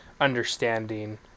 understanding